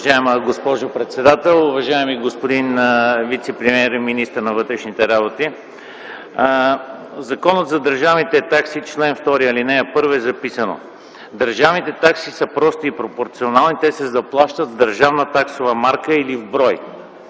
„Държавните такси са прости и пропорционални. Те се заплащат с държавна таксова марка или в брой”.